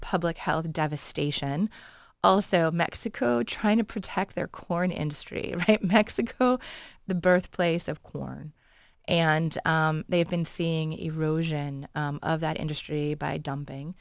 public health devastation also mexico trying to protect their corn industry mexico the birthplace of corn and they have been seeing erosion of that industry by dumping